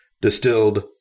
distilled